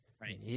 Right